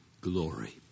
glory